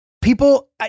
People